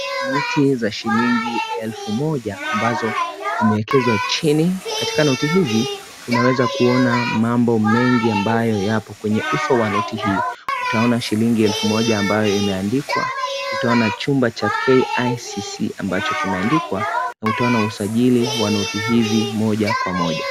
Noti za shilingi elfu moja ambazo zimeekezwa chini. Katika noti hizi, unaweza kuona mambo mengi ambayo yapo kwenye uso wa noti hii. Utaona shilingi elfu moja ambayo imeandikwa. Utaona chumba cha KICC ambacho kimeandikwa na utaona usajili wa noti hizi moja kwa moja.